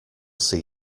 see